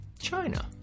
China